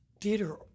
theater